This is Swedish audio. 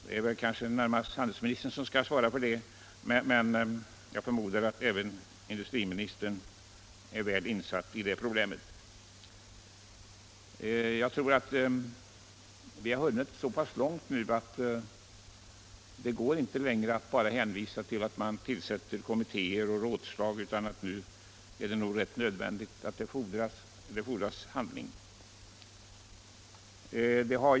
Det kanske närmast är handelsministern som skulle svara på den frågan, men jag förmodar att även industriminstern är väl insatt i det problemet. Vi har kanske nu hunnit så långt att det inte längre går att bara tillsätta kommittéer och samlas till rådslag; nu fordras det handling!